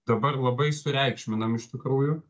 dabar labai sureikšminam iš tikrųjų